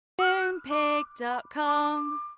Moonpig.com